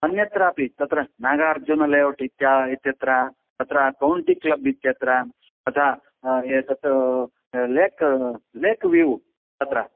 अन्यत्रापि तत्र नागार्जुन लेऔट् इत्यत्र इत्यत्र तत्र कौण्टि क्लब् इत्यत्र तथा एतत् लेक् लेक् व्यू तत्र